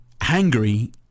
angry